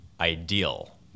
ideal